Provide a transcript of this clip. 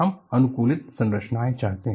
हम अनुकूलित संरचनाएं चाहते हैं